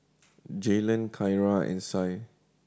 Jaylen Kyara and Sie